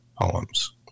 poems